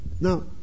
Now